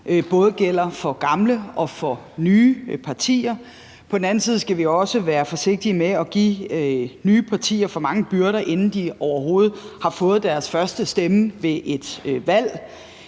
både gælder for gamle og for nye partier. På den anden side skal vi også være forsigtige med at give nye partier for mange byrder, inden de overhovedet har fået deres første stemme ved et valg.